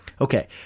Okay